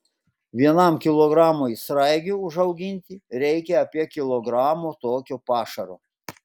vienam kilogramui sraigių užauginti reikia apie kilogramo tokio pašaro